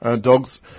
dogs